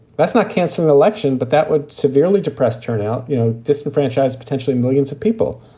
let's not cancel the election. but that would severely depressed turnout, you know, disenfranchise potentially millions of people.